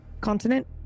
continent